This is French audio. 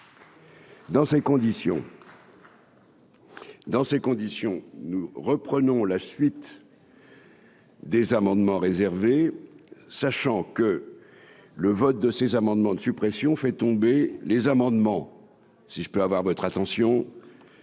Dans ces conditions, nous reprenons la suite. Des amendements réservé sachant que le vote de ces amendements de suppression fait tomber les amendements, si je peux avoir votre attention